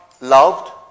loved